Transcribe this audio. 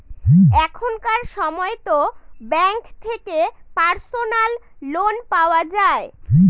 এখনকার সময়তো ব্যাঙ্ক থেকে পার্সোনাল লোন পাওয়া যায়